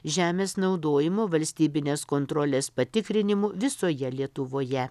žemės naudojimo valstybinės kontrolės patikrinimų visoje lietuvoje